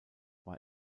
war